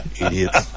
Idiots